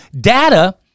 data